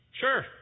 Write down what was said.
sure